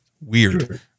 Weird